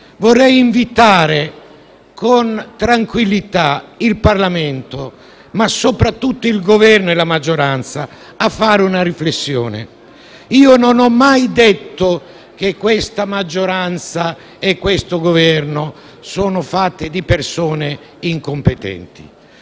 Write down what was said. vorrei invitare con tranquillità il Parlamento, ma soprattutto il Governo e la maggioranza, a fare una riflessione. Io non ho mai detto che questa maggioranza e questo Governo sono fatti di persone incompetenti.